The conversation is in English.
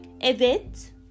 evet